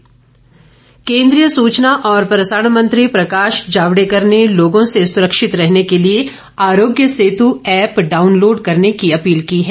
जावड़ेकर केंद्रीय सूचना और प्रसारण मंत्री प्रकाश जावड़ेकर ने लोगों से सुरक्षित रहने के लिए आरोग्य सेतु ऐप डाउनलोड करने की अपील की है